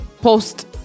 post